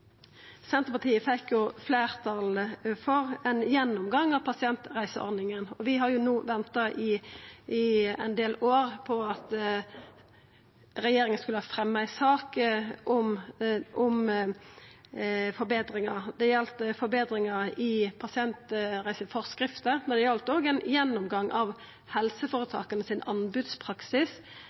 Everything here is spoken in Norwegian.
Senterpartiet fekk fleirtal for ein gjennomgang av pasientreiseordninga, og vi har venta i ein del år på at regjeringa skulle fremja ei sak om forbetringar. Det gjeld forbetringar i pasientreiseforskrifta, men det gjeld også ein gjennomgang av anbodspraksisen til helseføretaka